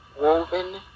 woven